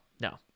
no